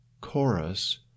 chorus